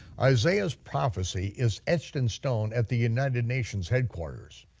isaiah's prophecy is etched in stone at the united nation's headquarters.